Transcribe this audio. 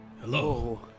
Hello